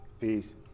peace